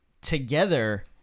together